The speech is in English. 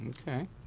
Okay